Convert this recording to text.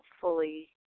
fully